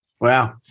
Wow